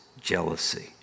jealousy